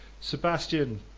Sebastian